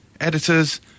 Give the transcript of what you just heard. editors